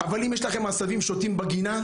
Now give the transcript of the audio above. אבל אם יש לכם עשבים שוטים בגינה,